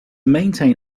maintain